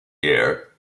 year